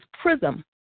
prism